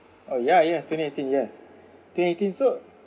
oh ya yes twenty eighteen yes twenty eighteen so